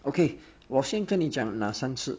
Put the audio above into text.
okay 我先跟你讲哪三次